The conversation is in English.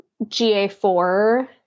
GA4